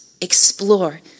explore